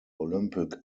olympic